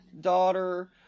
daughter